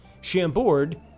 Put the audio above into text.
Chambord